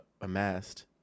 amassed